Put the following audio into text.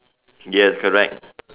yes correct